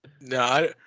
No